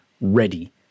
ready